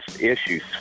issues